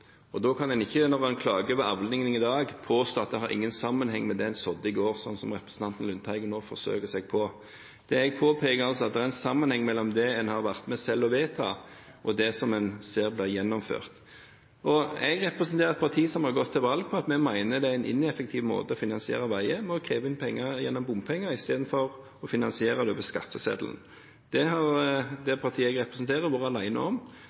Da kan en ikke, når en klager over avlingen i dag, påstå at det ikke har noen sammenheng med det en sådde i går – slik representanten Lundteigen nå forsøker seg på. Jeg påpeker altså at det er en sammenheng mellom det en selv har vært med på å vedta, og det en ser blir gjennomført. Jeg representerer et parti som har gått til valg på at vi mener det er en ineffektiv måte å finansiere veier på: å kreve inn penger gjennom bompenger istedenfor å finansiere det over skatteseddelen. Det har det partiet jeg representerer, vært alene om.